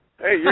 hey